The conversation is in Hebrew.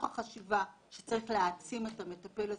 החשיבה שצריך להעצים את המטפל הסיעודי.